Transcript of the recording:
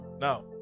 now